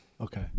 Okay